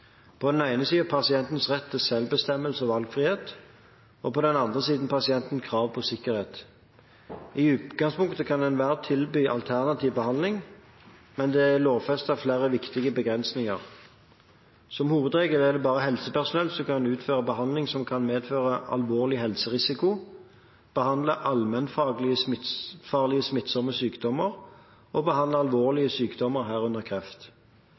på den ene siden pasientens rett til selvbestemmelse og valgfrihet og på den andre siden pasientens krav på sikkerhet. I utgangspunktet kan enhver tilby alternativ behandling, men det er lovfestet flere viktige begrensninger. Som hovedregel er det bare helsepersonell som kan utføre behandling som kan medføre alvorlig helserisiko, behandle allmennfarlige smittsomme sykdommer og behandle alvorlige sykdommer, herunder kreft.